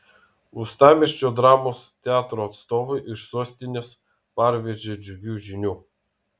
uostamiesčio dramos teatro atstovai iš sostinės parvežė džiugių žinių